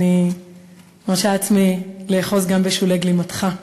אני מרשה לעצמי לאחוז גם בשולי גלימתך.